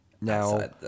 Now